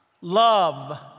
Love